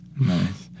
Nice